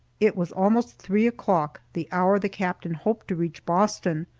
it was almost three o'clock, the hour the captain hoped to reach boston,